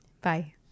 Bye